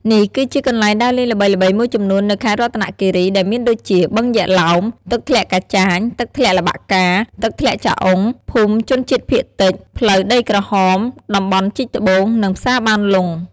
នេះគឺជាកន្លែងដើរលេងល្បីៗមួយចំនួននៅខេត្តរតនគិរីដែលមានដូចជា បឹងយក្សឡោម ទឹកធ្លាក់កាចាញ ទឹកធ្លាក់ល្បាក់កា ទឹកធ្លាក់ចាអុង ភូមិជនជាតិភាគតិច ផ្លូវដីក្រហម តំបន់ជីកត្បូង និង ផ្សារបានលុង ។